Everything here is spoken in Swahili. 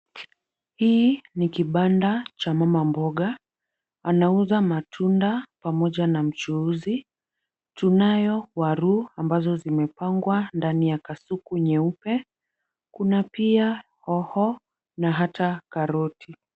Hii ni kibanda cha mama mboga, anauza matunda pamoja na mchuuzi. Tunayo waru ambazo zimepangwa ndani ya kasuku nyeupe, kuna pia hoho na pia karoti.